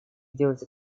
сделать